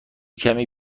کمی